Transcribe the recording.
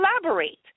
Collaborate